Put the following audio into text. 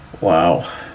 Wow